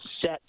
set